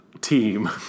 team